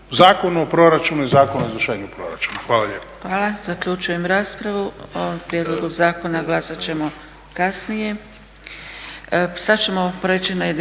Zakonu o proračunu i Zakonu o izvršenju proračuna. Hvala lijepa.